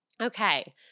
okay